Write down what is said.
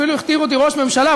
אפילו הכתיר אותי לראש ממשלה.